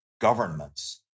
governments